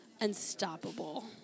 unstoppable